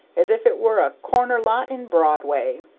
as if it were a corner-lot in broadway.